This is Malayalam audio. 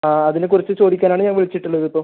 ആ അതിനെ കുറിച്ച് ചോദിക്കാൻ ആണ് ഞാൻ വിളിച്ചിട്ടുള്ളത് ഇപ്പോൾ